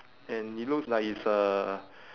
and he looks like he's uh